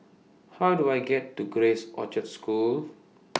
How Do I get to Grace Orchard School